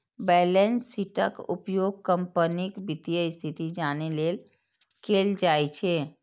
balance शीटक उपयोग कंपनीक वित्तीय स्थिति जानै लेल कैल जाइ छै